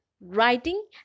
writing